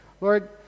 Lord